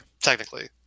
Technically